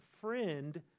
friend